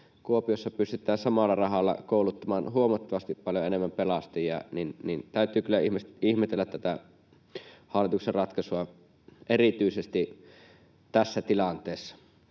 Kuopiossa pystytään samalla rahalla kouluttamaan huomattavasti paljon enemmän pelastajia, niin täytyy kyllä ihmetellä tätä hallituksen ratkaisua erityisesti tässä tilanteessa.